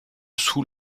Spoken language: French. sous